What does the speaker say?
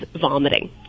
vomiting